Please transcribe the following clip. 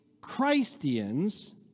Christians